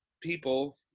people